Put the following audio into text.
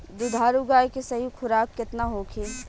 दुधारू गाय के सही खुराक केतना होखे?